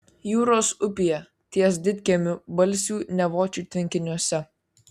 jūros upėje ties didkiemiu balsių nevočių tvenkiniuose